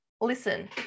listen